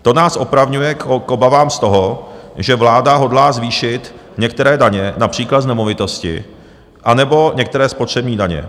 To nás opravňuje k obavám z toho, že vláda hodlá zvýšit některé daně, například z nemovitosti anebo některé spotřební daně.